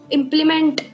implement